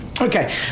Okay